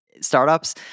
startups